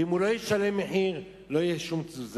ואם הוא לא ישלם מחיר, לא תהיה שום תזוזה.